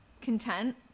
content